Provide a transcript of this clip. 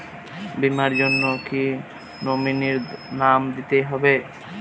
বীমার জন্য কি নমিনীর নাম দিতেই হবে?